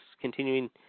continuing